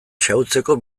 xahutzeko